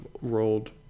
rolled